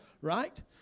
right